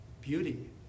beauty